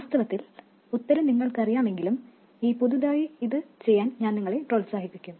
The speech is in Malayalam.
വാസ്തവത്തിൽ ഉത്തരം നിങ്ങൾക്കറിയാമെങ്കിലും ഈ പുതുതായി ഇത് ചെയ്യാൻ ഞാൻ നിങ്ങളെ പ്രോത്സാഹിപ്പിക്കും